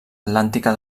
atlàntica